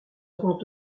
rend